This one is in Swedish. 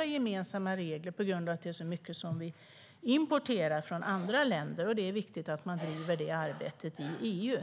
och gemensamma regler i detta eftersom det är så mycket som vi importerar från andra länder. Det är viktigt att man driver det arbetet i EU.